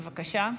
בבקשה.